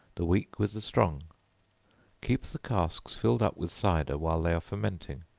the weak with the strong keep the casks filled up with cider while they are fermenting